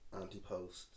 anti-post